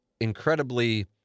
incredibly